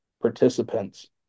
participants